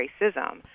racism